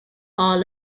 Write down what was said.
are